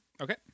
Okay